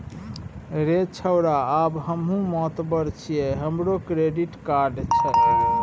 रे छौड़ा आब हमहुँ मातबर छियै हमरो क्रेडिट कार्ड छै